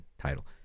title